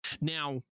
Now